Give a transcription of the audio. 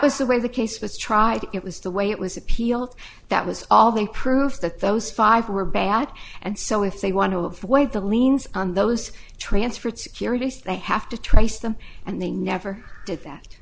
was the way the case was tried it was the way it was appealed that was all the proof that those five were bad and so if they want to avoid the liens on those transferred securities they have to trace them and they never did that